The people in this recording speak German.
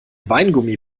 weingummi